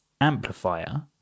amplifier